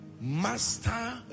master